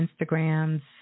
Instagram's